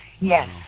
yes